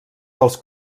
dels